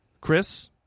Chris